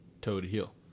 toe-to-heel